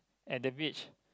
at the beach